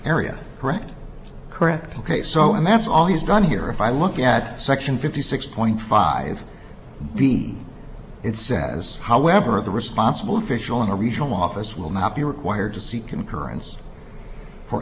area correct correct ok so and that's all he's done here if i look at section fifty six point five b it says however the responsible official in a regional office will not be required to see concurrence for